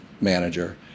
manager